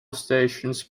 stations